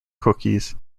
cookies